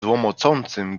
łomocącym